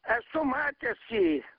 esu matęs jį